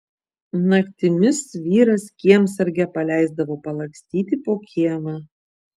naktimis vyras kiemsargę paleisdavo palakstyti po kiemą